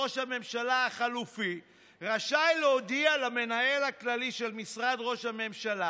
ראש הממשלה החליפי רשאי להודיע למנהל הכללי של משרד ראש הממשלה